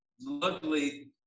luckily